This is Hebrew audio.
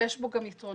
ויש בו גם יתרונות.